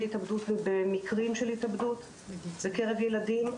התאבדות ובמקרים של התאבדות בקרב ילדים,